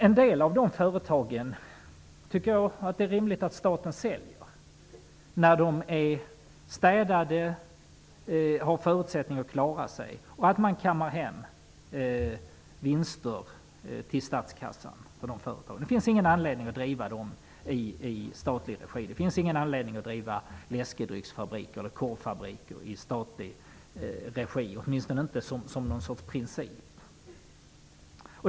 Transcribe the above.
En del av de företagen tycker jag att det är rimligt att staten säljer när de är städade och har förutsättningar att klara sig. Därigenom kammar man hem vinster till statskassan. Det finns ingen anledning att driva de företagen i statlig regi. Det finns ingen anledning att driva läskedrycks eller korvfabriker i statlig regi. Det skall åtminstone inte vara huvudprincipen.